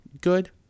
Good